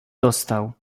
dostał